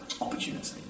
opportunity